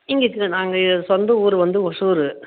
எங்களுக்கு நாங்கள் சொந்த ஊர் வந்து ஒசூர்